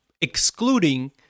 excluding